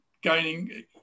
gaining